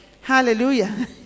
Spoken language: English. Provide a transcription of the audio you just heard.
Hallelujah